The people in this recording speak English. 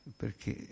perché